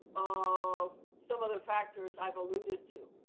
of some of the factors i've alluded to,